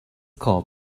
called